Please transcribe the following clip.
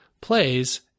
plays